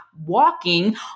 walking